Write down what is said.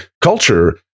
culture